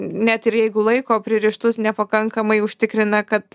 net ir jeigu laiko pririštus nepakankamai užtikrina kad